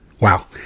Wow